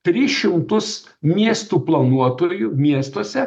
tris šimtus miestų planuotojų miestuose